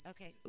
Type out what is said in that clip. Okay